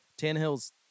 Tannehill's